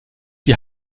die